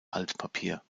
altpapier